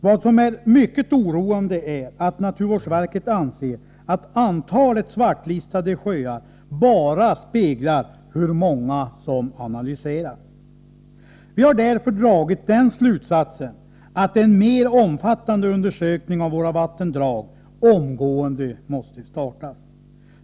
Vad som är mycket oroande är att naturvårdsverket anser att antalet svartlistade sjöar bara speglar hur många som analyserats. Vi har därför dragit den slutsatsen att en mer omfattande undersökning av våra vattendrag omgående måste startas.